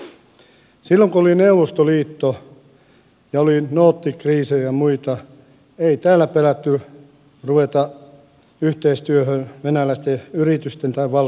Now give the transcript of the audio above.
silloin kun oli neuvostoliitto ja oli noottikriisejä ja muita ei täällä pelätty ruveta yhteistyöhön venäläisten yritysten tai valtion kanssa